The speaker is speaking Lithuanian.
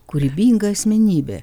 kūrybinga asmenybė